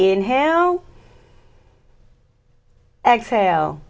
inhale exhale